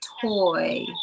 toy